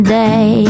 day